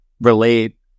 relate